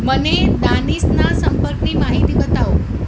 મને દાનિશના સંપર્કની માહિતી બતાવો